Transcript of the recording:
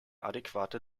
adäquate